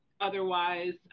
otherwise